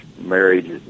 marriage